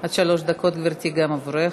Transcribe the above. עד שלוש דקות, גברתי, גם עבורך.